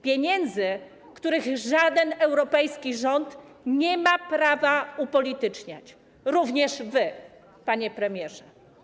Pieniędzy, których żaden europejski rząd nie ma prawa upolityczniać, również wy, panie premierze.